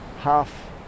half